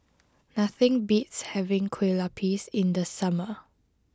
nothing beats having Kueh Lopes in the summer